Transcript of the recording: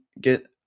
get